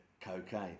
cocaine